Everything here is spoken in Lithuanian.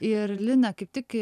ir lina kaip tik